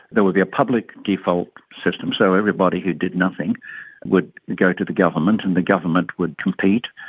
there would be a public default system, so everybody who did nothing would go to the government and the government would compete,